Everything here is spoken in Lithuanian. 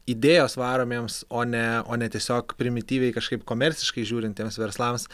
idėjos varomiems o ne o ne tiesiog primityviai kažkaip komerciškai žiūrintiems verslams